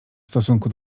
stosunku